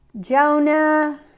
Jonah